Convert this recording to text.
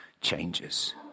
changes